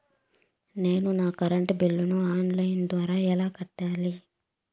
నేను నా కరెంటు బిల్లును ఆన్ లైను ద్వారా ఎలా కట్టాలి?